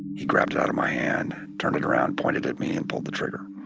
he grabbed it out of my hand, turned it around, pointed at me, and pulled the trigger.